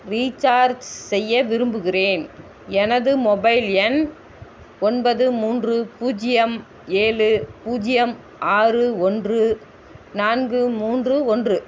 recharge செய்ய விரும்புகிறேன் எனது மொபைல் எண் ஒன்பது மூன்று பூஜ்ஜியம் ஏழு பூஜ்ஜியம் ஆறு ஒன்று நான்கு மூன்று ஒன்று